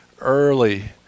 early